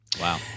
Wow